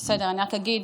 בסדר, אני רק אגיד,